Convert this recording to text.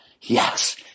yes